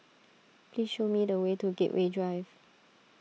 please show me the way to Gateway Drive